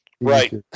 Right